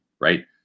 right